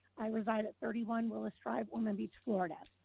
i reside at thirty one willis drive, ormond beach, florida.